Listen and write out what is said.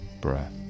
breath